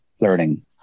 learning